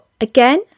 again